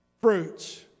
fruits